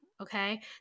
okay